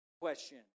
question